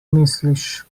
misliš